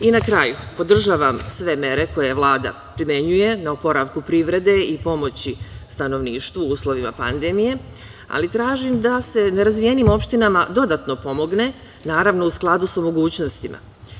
Na kraju, podržavam sve mere koje Vlada primenjuje na oporavku privrede i pomoći stanovništvu u uslovima pandemije, ali tražim da se nerazvijenim opštinama dodatno pomogne, naravno u skladu sa mogućnostima.